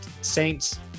Saints